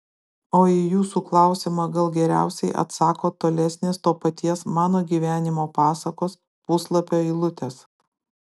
o į jūsų klausimą gal geriausiai atsako tolesnės to paties mano gyvenimo pasakos puslapio eilutės